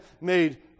made